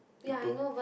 people